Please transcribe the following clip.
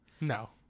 No